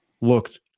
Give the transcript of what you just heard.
looked